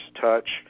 touch